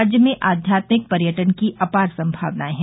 राज्य में आध्यात्मिक पर्यटन की आपार संभावनाएं है